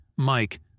Mike